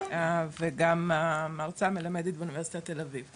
וגם מייצגת כאן את מכבי,